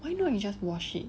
why not you just wash it